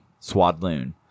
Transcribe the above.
Swadloon